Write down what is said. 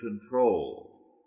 control